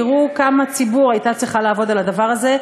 תראו כמה ציבור הייתה צריכה לעבוד על הדבר הזה,